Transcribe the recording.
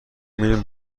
میریم